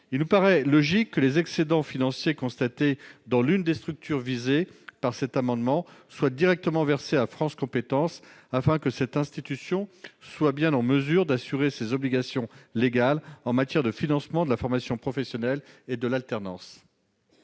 il paraît logique que les excédents financiers constatés dans l'une des structures visées par cet amendement soient directement versés à France compétences, afin que cette institution soit en mesure d'assurer ses obligations légales en matière de financement de la formation professionnelle et de l'alternance.